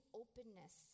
openness